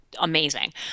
amazing